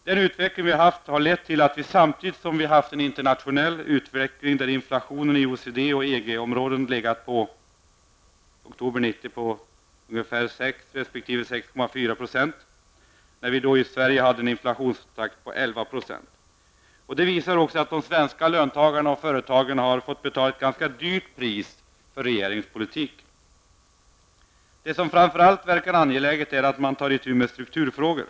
Samtidigt som inflationstakten i OECD och EG länderna i oktober 1990 låg på ca 6 resp 6,4 % hade vi i Sverige en inflationstakt på 11,3 %. Det visar att de svenska löntagarna och företagen har fått betala ett högt pris för regeringens politik. Det som framför allt är angeläget är att man tar itu med strukturfrågorna.